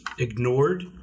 Ignored